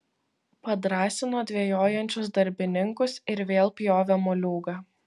padrąsino dvejojančius darbininkus ir vėl pjovė moliūgą